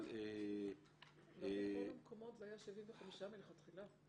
לא בכל המקומות זה היה 75 מלכתחילה.